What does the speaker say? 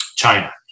China